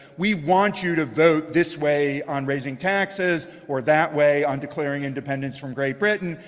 we want you to vote this way on raising taxes, or that way on declaring independence from great britain.